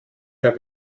der